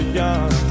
young